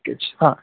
हा